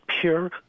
pure